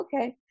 okay